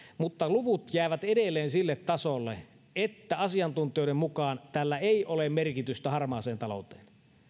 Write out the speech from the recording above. mutta luvut jäävät edelleen sille tasolle että asiantuntijoiden mukaan tällä ei ole merkitystä harmaaseen talouteen